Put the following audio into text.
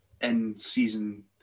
in-season